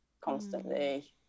constantly